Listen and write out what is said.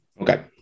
okay